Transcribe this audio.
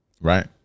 right